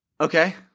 Okay